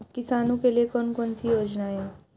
किसानों के लिए कौन कौन सी योजनाएं हैं?